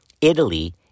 Italy